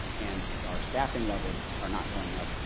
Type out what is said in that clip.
and our staffing levels are not going up.